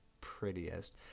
prettiest